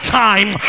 time